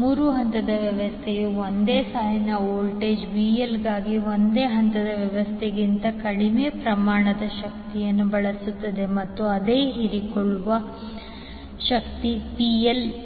ಮೂರು ಹಂತದ ವ್ಯವಸ್ಥೆಯು ಒಂದೇ ಸಾಲಿನ ವೋಲ್ಟೇಜ್ VL ಗಾಗಿ ಒಂದೇ ಹಂತದ ವ್ಯವಸ್ಥೆಗಿಂತ ಕಡಿಮೆ ಪ್ರಮಾಣದ ತಂತಿಯನ್ನು ಬಳಸುತ್ತದೆ ಮತ್ತು ಅದೇ ಹೀರಿಕೊಳ್ಳುವ ಶಕ್ತಿ PL